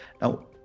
Now